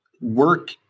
work